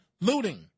looting